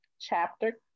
chapter